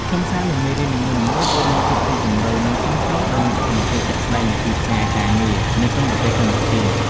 ខ្លឹមសារនៃមេរៀននីមួយៗ គឺមានភាពស៊ីជម្រៅនិងសមស្របទៅនឹងស្ថានភាពជាក់ស្តែងនៃទីផ្សារការងារនៅក្នុងប្រទេសកម្ពុជា។